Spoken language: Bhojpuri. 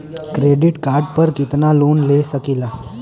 क्रेडिट कार्ड पर कितनालोन ले सकीला?